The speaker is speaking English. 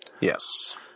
yes